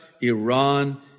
Iran